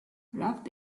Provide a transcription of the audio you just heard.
wrapped